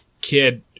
kid